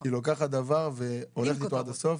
היא לוקחת דבר והולכת איתו עד הסוף.